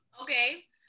Okay